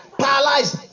paralyzed